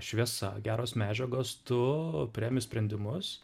šviesa geros medžiagos tu priimi sprendimus